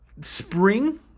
spring